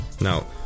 Now